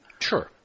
Sure